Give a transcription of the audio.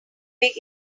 big